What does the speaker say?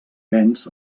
venç